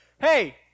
Hey